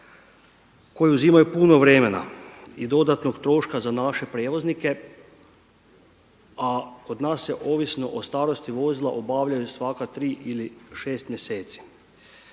koji uzimaju puno vremena i dodatnog troška za naše prijevoznike, a kod nas se ovisno o starosti vozila obavljaju svaka tri ili šest mjeseci.